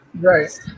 right